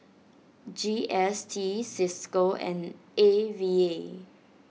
G S T Cisco and A V A